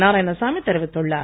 நாராயணசாமி தெரிவித்துள்ளார்